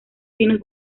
finos